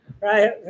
Right